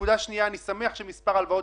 נקודה שנייה אני שמח שמספר ההלוואות